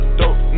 dope